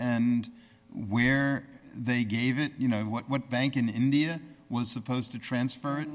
and where they gave it you know what bank in india was supposed to transfer